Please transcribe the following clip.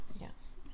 Yes